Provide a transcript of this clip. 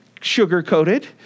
sugar-coated